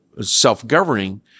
self-governing